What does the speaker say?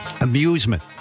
amusement